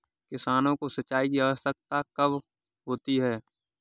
किसानों को सिंचाई की आवश्यकता कब होती है?